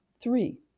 Three